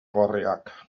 gorriak